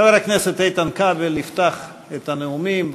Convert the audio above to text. חבר הכנסת איתן כבל יפתח את הנאומים,